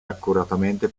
accuratamente